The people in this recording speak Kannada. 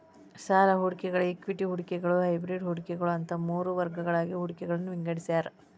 ಸಾಲ ಹೂಡಿಕೆಗಳ ಇಕ್ವಿಟಿ ಹೂಡಿಕೆಗಳ ಹೈಬ್ರಿಡ್ ಹೂಡಿಕೆಗಳ ಅಂತ ಮೂರ್ ವರ್ಗಗಳಾಗಿ ಹೂಡಿಕೆಗಳನ್ನ ವಿಂಗಡಿಸ್ಯಾರ